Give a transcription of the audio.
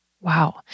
Wow